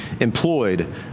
employed